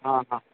ହଁ ହଁ